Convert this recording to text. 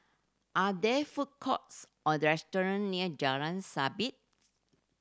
are there food courts or restaurant near Jalan Sabit